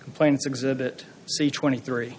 complaints exhibit c twenty three